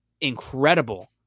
incredible